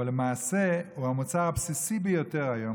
אבל למעשה הוא המוצר הבסיסי היום,